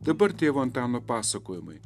dabar tėvo antano pasakojimai